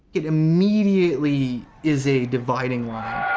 it immediately is a dividing